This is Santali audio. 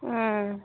ᱩᱸᱻ